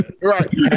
right